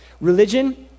religion